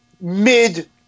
mid